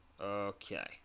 Okay